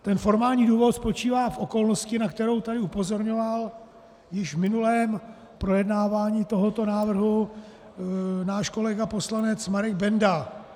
Ten formální důvod spočívá v okolnosti, na kterou tady upozorňoval již v minulém projednávání tohoto návrhu náš kolega poslanec Marek Benda.